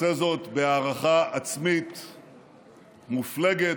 ועושה זאת בהערכה עצמית מופלגת,